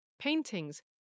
paintings